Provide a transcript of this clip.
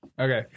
okay